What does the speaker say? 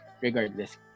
Regardless